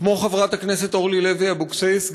כמו חברת הכנסת אורלי לוי אבקסיס,